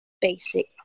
basic